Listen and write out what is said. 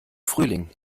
frühling